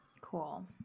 Cool